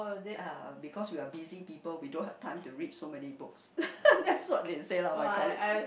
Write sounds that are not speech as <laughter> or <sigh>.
ya because we are busy people we don't have time to read so many books <laughs> that's what they said lah my colleague